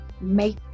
make